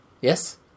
Yes